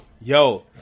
Yo